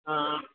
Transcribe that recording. ஆ